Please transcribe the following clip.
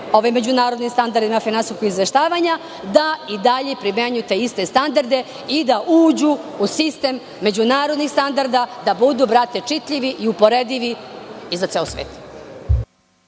međunarodnim standardima finansijskog izveštavanja, da i dalje primenjuju te iste standarde i da uđu u sistem međunarodnih standarda, da budu čitljivi i za ceo svet.